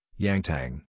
Yangtang